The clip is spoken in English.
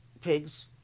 pigs